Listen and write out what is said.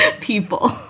people